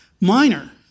Minor